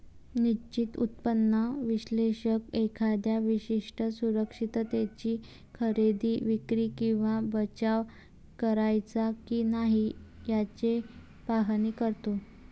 निश्चित उत्पन्न विश्लेषक एखाद्या विशिष्ट सुरक्षिततेची खरेदी, विक्री किंवा बचाव करायचा की नाही याचे पाहणी करतो